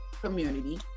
community